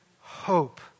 hope